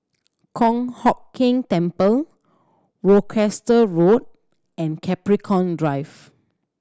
Kong Hock Keng Temple Worcester Road and Capricorn Drive